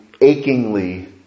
achingly